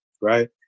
right